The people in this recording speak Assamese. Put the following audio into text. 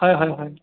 হয় হয় হয়